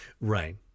Right